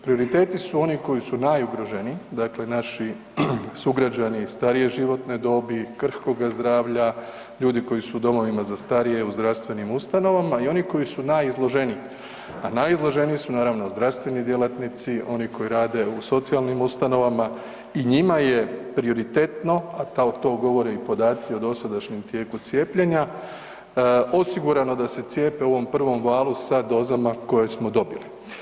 Prioriteti su oni koji su najugroženiji, dakle naši sugrađani starije životne dobi, krhkoga zdravlja, ljudi koji su u domovima za starije u zdravstvenim ustanovama i oni koji su najizloženiji, a najizloženiji su naravno zdravstveni djelatnici, oni koji rade u socijalnim ustanovama i njima je prioritetno, a to govore i podaci o dosadašnjem tijeku cijepljenja osigurano da se cijepe u ovom prvom valu sa dozama koje smo dobili.